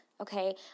okay